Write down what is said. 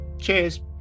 cheers